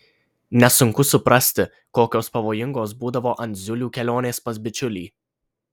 nesunku suprasti kokios pavojingos būdavo andziulių kelionės pas bičiulį